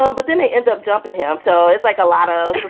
um but then i end up jumping him. so it's like a lot of